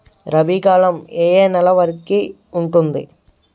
రబీ కాలం ఏ ఏ నెల వరికి ఉంటుంది?